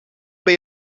bij